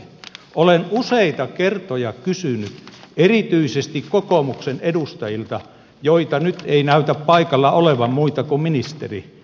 olen useita kertoja kysynyt erityisesti kokoomuksen edustajilta joita nyt ei näytä paikalla olevan muita kuin ministeri